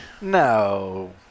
No